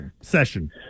session